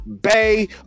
Bay